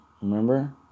Remember